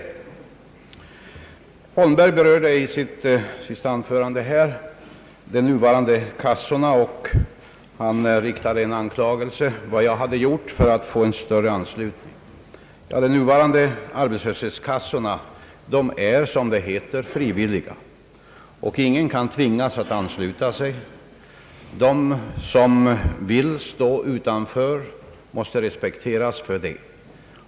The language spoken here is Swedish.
Herr Holmberg berörde i sitt senaste anförande de nuvarande arbetslöshetskassorna och frågade anklagande vad jag hade gjort för att få en större anslutning. Ja, de nuvarande kassorna är frivilliga, som det heter; ingen kan tvingas att ansluta sig, önskar någon stå utanför måste det respekteras.